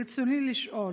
ברצוני לשאול: